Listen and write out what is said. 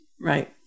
Right